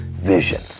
vision